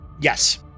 Yes